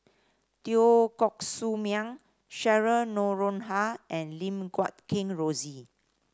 Teo Koh Sock Miang Cheryl Noronha and Lim Guat Kheng Rosie